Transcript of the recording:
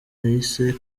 yayise